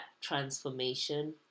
transformation